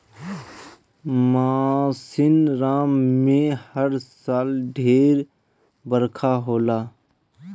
मासिनराम में हर साल ढेर बरखा होला